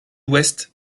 ouest